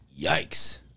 Yikes